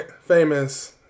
famous